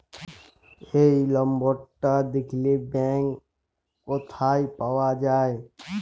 এই লম্বরটা দ্যাখলে ব্যাংক ক্যথায় পাউয়া যায়